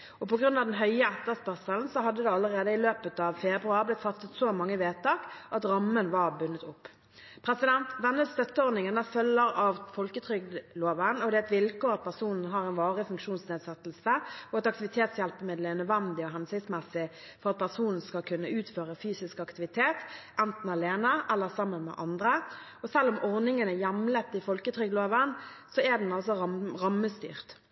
den høye etterspørselen hadde det allerede i løpet av februar blitt fattet så mange vedtak at rammen var bundet opp. Denne støtteordningen følger av folketrygdloven. Det er et vilkår at personen har en varig funksjonsnedsettelse, og at aktivitetshjelpemiddelet er nødvendig og hensiktsmessig for at personen skal kunne utføre fysisk aktivitet, enten alene eller sammen med andre. Selv om ordningen er hjemlet i folketrygdloven, er den rammestyrt.